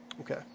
Okay